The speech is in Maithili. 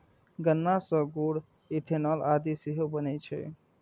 गन्ना सं गुड़, इथेनॉल आदि सेहो बनै छै